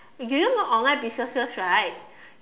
do you know online businesses right